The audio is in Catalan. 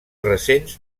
recents